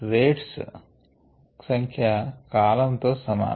rates సంఖ్య columns నిలువు వరసల తో సమానం